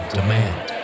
Demand